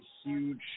huge